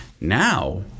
now